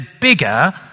bigger